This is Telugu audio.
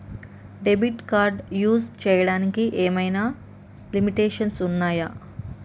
డెబిట్ కార్డ్ యూస్ చేయడానికి ఏమైనా లిమిటేషన్స్ ఉన్నాయా?